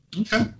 okay